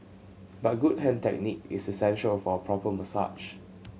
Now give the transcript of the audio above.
but good hand technique is essential for a proper massage